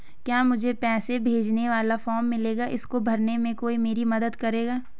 क्या मुझे पैसे भेजने वाला फॉर्म मिलेगा इसको भरने में कोई मेरी मदद करेगा?